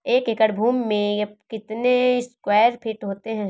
एक एकड़ भूमि में कितने स्क्वायर फिट होते हैं?